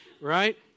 right